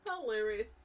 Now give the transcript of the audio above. Hilarious